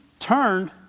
turned